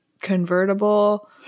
convertible